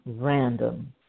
random